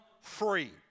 free